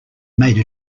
made